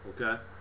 okay